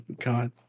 God